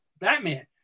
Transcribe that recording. Batman